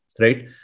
right